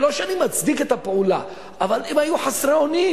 לא שאני מצדיק את הפעולה אבל הם היו חסרי אונים.